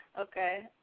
Okay